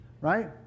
Right